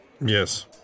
Yes